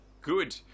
good